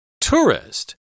Tourist